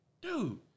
Dude